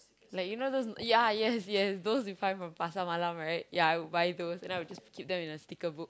like you know those ya yes yes those you find from Pasar-Malam right ya I will those and then I will just keep them in a sticker book